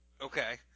Okay